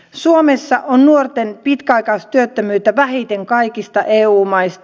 suomessa on nuorten pitkäaikaistyöttömyyttä vähiten kaikista eu maista